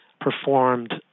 performed